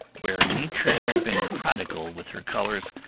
where nature had been prodigal with her colors,